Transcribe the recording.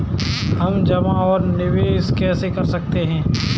हम जमा और निवेश कैसे कर सकते हैं?